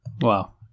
Wow